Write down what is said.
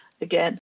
again